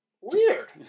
Weird